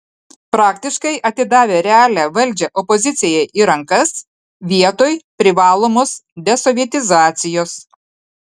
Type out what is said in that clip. praktiškai atidavę realią valdžią opozicijai į rankas vietoj privalomos desovietizacijos